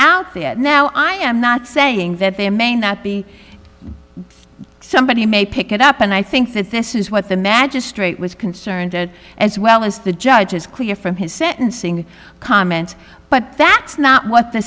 out there and now i am not saying that there may not be somebody may pick it up and i think that this is what the magistrate was concerned as well as the judge is clear from his sentencing comments but that's not what the